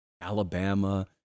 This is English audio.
Alabama